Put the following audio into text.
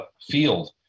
field